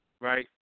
right